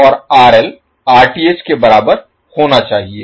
और RL Rth के बराबर होना चाहिए